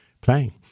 playing